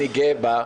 אני גאה בה.